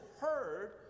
heard